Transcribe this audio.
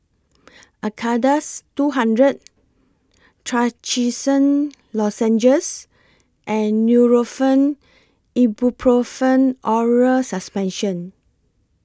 Acardust two hundred Trachisan Lozenges and Nurofen Ibuprofen Oral Suspension